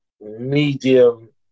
medium